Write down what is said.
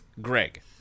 Greg